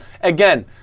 Again